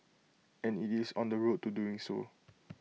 and IT is on the road to doing so